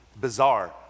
bizarre